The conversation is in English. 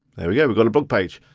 there we go, we've got a blog page.